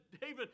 David